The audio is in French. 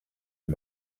est